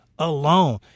Alone